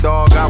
Dog